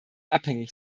abhängig